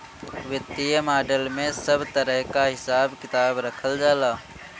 वित्तीय मॉडल में सब तरह कअ हिसाब किताब रखल जाला